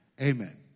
Amen